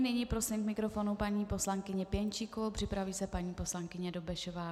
Nyní prosím k mikrofonu paní poslankyni Pěnčíkovou, připraví se paní poslankyně Dobešová.